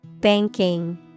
Banking